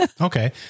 Okay